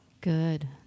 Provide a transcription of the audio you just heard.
Good